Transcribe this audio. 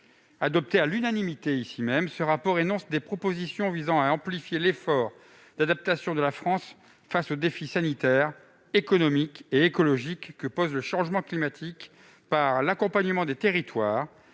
Adopté à l'unanimité, ce rapport formule des propositions visant à amplifier l'effort d'adaptation de la France face aux défis sanitaires, économiques et écologiques que pose le changement climatique, par l'accompagnement des territoires,